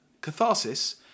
catharsis